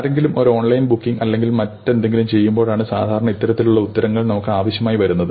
ആരെങ്കിലും ഒരു online booking അല്ലെങ്കിൽ മറ്റെന്തെങ്കിലും ചെയ്യുമ്പോളാണ് സാധാരണ ഇത്തരത്തിലുള്ള ഉത്തരങ്ങൾ നമുക്ക് ആവശ്യമായി വരുന്നത്